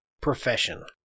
profession